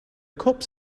cups